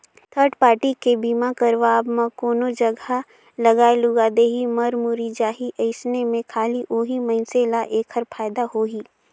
third party के बीमा करवाब म कोनो जघा लागय लूगा देही, मर मुर्री जाही अइसन में खाली ओही मइनसे ल ऐखर फायदा होही